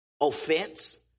offense